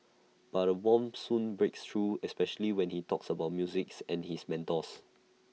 but A warmth soon breaks through especially when he talks about music and his mentors